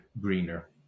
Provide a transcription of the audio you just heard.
greener